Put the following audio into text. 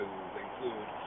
include